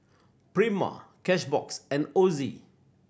Prima Cashbox and Ozi